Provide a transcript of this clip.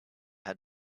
had